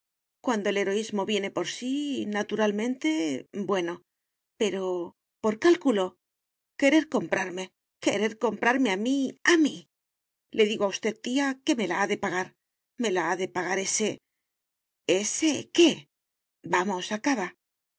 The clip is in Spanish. cuando el heroísmo viene por sí naturalmente bueno pero por cálculo querer comprarme querer comprarme a mí a mí le digo a usted tía que me la ha de pagar me la ha de pagar ese ese qué vamos acaba